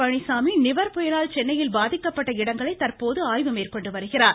பழனிச்சாமி நிவர் புயலால் சென்னையில் பாதிக்கப்பட்ட இடங்களை தற்போது ஆய்வு மேற்கொண்டு வருகிறார்